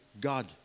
God